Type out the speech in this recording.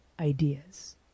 ideas